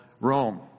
Rome